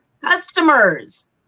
customers